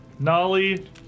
Nolly